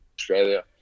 Australia